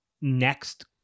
next